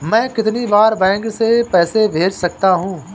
मैं कितनी बार बैंक से पैसे भेज सकता हूँ?